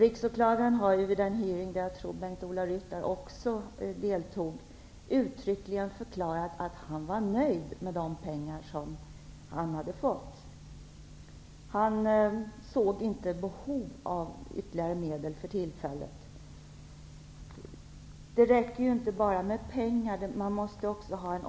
Riksåklagaren har vid den utfrågning, som jag tror att Bengt-Ola Ryttar också deltog i, uttryckligen förklarat att han var nöjd med de pengar som Riksåklagaren hade fått. Han såg för tillfället inget behov av ytterligare medel. Det räcker ju inte med bara pengar, utan man måste också ha en